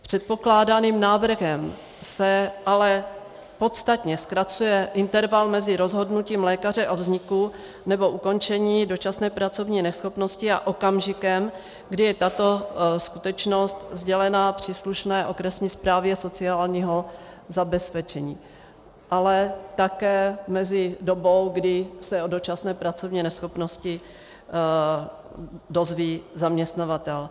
Předkládaným návrhem se ale podstatně zkracuje interval mezi rozhodnutím lékaře o vzniku nebo ukončení dočasné pracovní neschopnosti a okamžikem, kdy je tato skutečnost sdělena příslušné okresní správě sociální zabezpečení, ale také mezi dobou, kdy se o dočasné pracovní neschopnosti dozví zaměstnavatel.